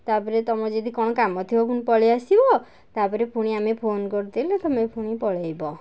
ତା'ପରେ ତୁମେ ଯଦି କ'ଣ କାମ ଥିବ ପୁଣି ପଳାଇ ଆସିବ ତା'ପରେ ପୁଣି ଆମେ ଫୋନ କରିଦେଲେ ତୁମେ ପୁଣି ପଳାଇବ